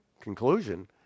conclusion